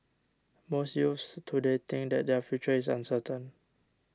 most youths today think that their future is uncertain